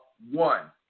One